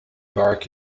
park